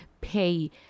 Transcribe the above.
pay